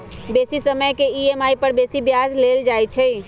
बेशी समय के ई.एम.आई पर बेशी ब्याज लेल जाइ छइ